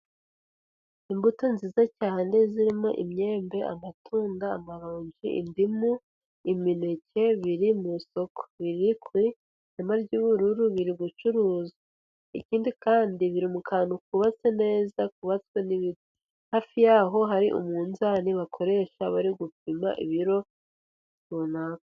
Imbuto nziza cyane zirimo imyembe, amatunda, amaronji, indimu, imineke, biri mu isoko biri ku ihema ry'ubururu biri gucuruzwa, ikindi kandi biri mu kantu kubatse neza kubatswe n'ibiti, hafi yaho hari umunzani bakoresha bari gupima ibiro runaka.